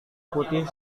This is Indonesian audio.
putih